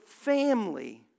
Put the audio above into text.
family